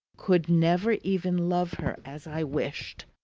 could never even love her as i wished.